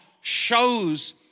shows